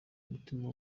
umutima